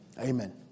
Amen